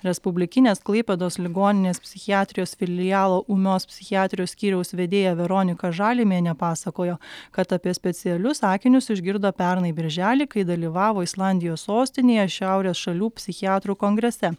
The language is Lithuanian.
respublikinės klaipėdos ligoninės psichiatrijos filialo ūmios psichiatrijos skyriaus vedėja veronika žalimienė pasakojo kad apie specialius akinius išgirdo pernai birželį kai dalyvavo islandijos sostinėje šiaurės šalių psichiatrų kongrese